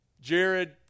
Jared